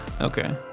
Okay